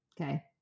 okay